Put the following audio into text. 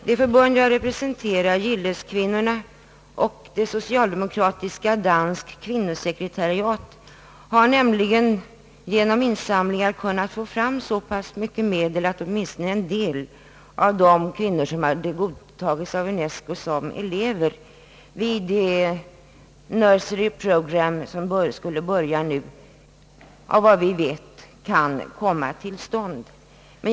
De förbund jag representerar — Gilleskvinnorna och det socialdemokratiska Dansk Kvinnosekretariat — har nämligen genom insamlingar kunnat få fram så mycket medel att en del kvinnor, vilka har godtagits av UNESCO som elever vid det nursery program som skulle börja, nu kan komma med.